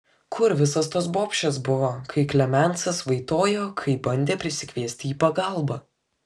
kur visos tos bobšės buvo kai klemensas vaitojo kai bandė prisikviesti į pagalbą